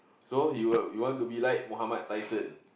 so you uh you want to be like Mohammad Tyson